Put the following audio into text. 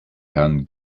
herrn